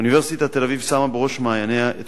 אוניברסיטת תל-אביב שמה בראש מעייניה את